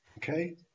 Okay